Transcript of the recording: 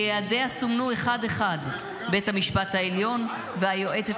שיעדיה סומנו אחד-אחד: בית המשפט העליון והיועצת